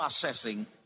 processing